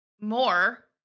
more